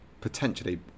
potentially